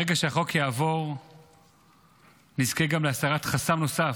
ברגע שהחוק יעבור נזכה גם להסרת חסם נוסף,